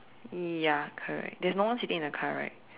ya correct there's no one sitting in the car right